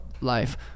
life